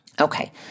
Okay